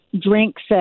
drinks